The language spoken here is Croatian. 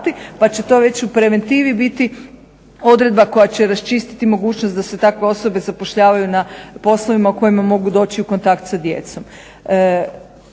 pa će to već u preventivi biti odredba koja će raščistiti mogućnost da se takve osobe zapošljavaju na poslovima u kojima mogu doći u kontakt sa djecom.